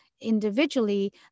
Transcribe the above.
individually